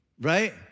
right